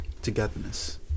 Togetherness